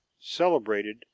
celebrated